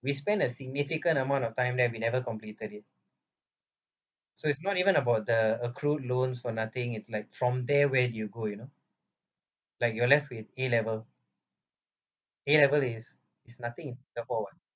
we spend a significant amount of time that we never completed it so it's not even about the accrued loans for nothing it's like from there where you go you know like you are left with A level A level is is nothing in singapore [what]